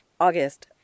August